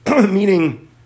Meaning